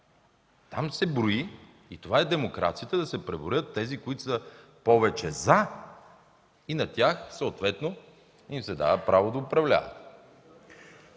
Там се брои и това демокрацията – да се преброят тези, които са повече „за” и на тях съответно им се дава право да управляват.